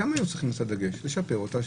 שם היו צריכים לשים את הדגש, לשפר אותה.